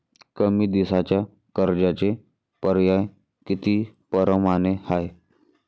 कमी दिसाच्या कर्जाचे पर्याय किती परमाने हाय?